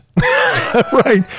right